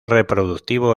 reproductivo